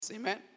Amen